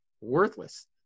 worthless